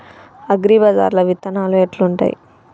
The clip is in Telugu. అగ్రిబజార్ల విత్తనాలు ఎట్లుంటయ్?